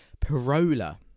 Parola